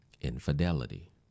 infidelity